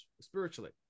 spiritually